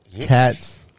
Cats